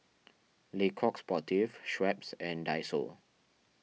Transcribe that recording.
Le Coq Sportif Schweppes and Daiso